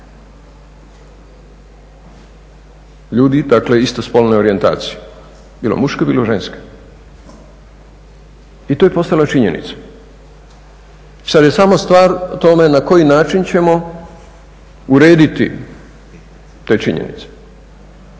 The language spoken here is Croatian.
ljudi dakle istospolne orijentacije, bilo muške, bilo ženske i to je postala činjenica. Sad je samo stvar tome na koji način ćemo urediti te činjenice.